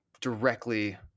directly